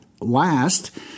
last